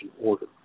order